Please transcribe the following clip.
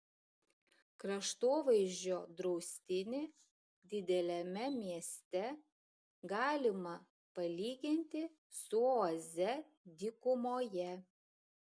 kraštovaizdžio draustinį dideliame mieste galima palyginti su oaze dykumoje